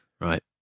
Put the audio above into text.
Right